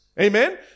Amen